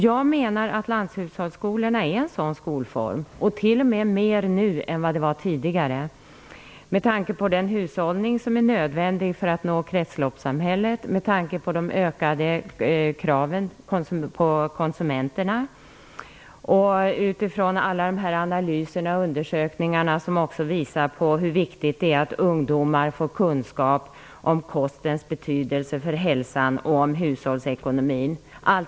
Jag menar att lanthushållsskolorna är en sådan skolform, t.o.m. mer nu än vad de var tidigare med tanke på den hushållning som är nödvändig för att nå kretsloppssamhället, de ökade kraven på konsumenterna och utifrån alla de analyser och undersökningar som visar på hur viktigt det är att ungdomar får kunskap om kostens betydelse för hälsan och om hushållsekonomin.